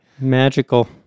Magical